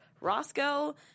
Roscoe